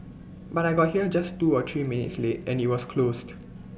but I got here just two or three minutes late and IT was closed